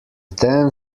then